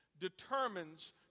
determines